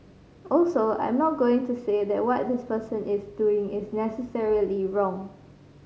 also I'm not going to say that what this person is doing is necessarily wrong